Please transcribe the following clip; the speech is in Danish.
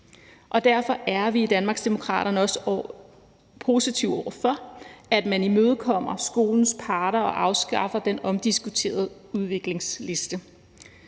Derfor er vi i Danmarksdemokraterne også positive over for, at man imødekommer skolens parter og afskaffer den omdiskuterede udviklingsliste.